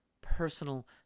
personal